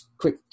quick